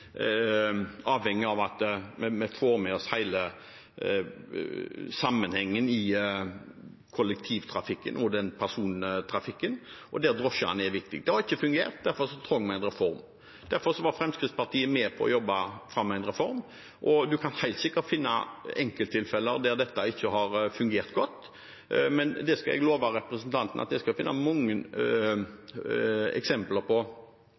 avhengig av at vi får med oss hele sammenhengen i kollektivtrafikken og persontrafikken, og der er drosjene viktige. Det har ikke fungert, derfor trengte vi en reform, og derfor var Fremskrittspartiet med på å jobbe fram en reform. Man kan helt sikkert finne enkelttilfeller der dette ikke har fungert godt, men jeg kan love representanten at jeg kan finne mange eksempler på